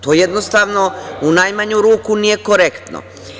To jednostavno u najmanju ruku nije korektno.